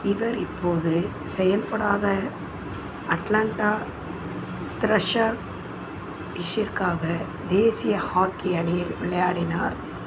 இவர் இப்போது செயல்படாத அட்லாண்டா க்ரஷ்ஷர் இஷ்ஷிற்காக தேசிய ஹாக்கி அணியில் விளையாடினார்